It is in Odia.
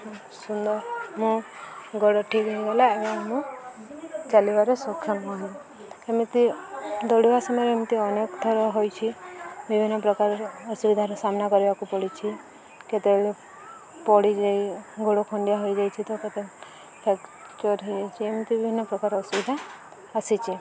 ସୁନ୍ଦର ମୁଁ ଗୋଡ଼ ଠିକ୍ ହେଇଗଲା ଏବଂ ମୁଁ ଚାଲିବାର ସକ୍ଷମ ନୁହେଁ ଏମିତି ଦୌଡ଼ିବା ସମୟରେ ଏମିତି ଅନେକ ଥର ହୋଇଛି ବିଭିନ୍ନ ପ୍ରକାର ଅସୁବିଧାର ସାମ୍ନା କରିବାକୁ ପଡ଼ିଛି କେତେବେଳେ ପଡ଼ିଯାଇ ଗୋଡ଼ ଖଣ୍ଡିଆ ହେଇଯାଇଛି ତ କେତେବେଳେ ଫ୍ରାକ୍ଚର୍ ହେଇଯାଇଛି ଏମିତି ବିଭିନ୍ନ ପ୍ରକାର ଅସୁବିଧା ଆସିଛି